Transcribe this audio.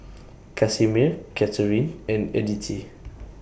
Casimir Catharine and Edythe